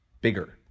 bigger